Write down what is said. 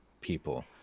people